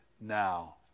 now